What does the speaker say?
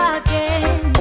again